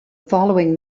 following